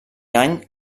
any